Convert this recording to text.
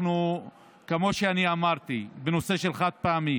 כמו שאני אמרתי, בנושא של החד-פעמי